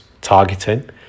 targeting